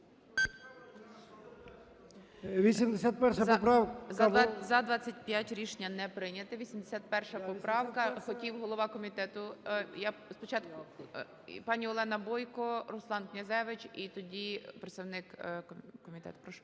Рішення не прийнято. 81-а поправка, хотів голова комітету. Я спочатку... Пані Олена Бойко, Руслан Князевич і тоді представник комітету. Прошу.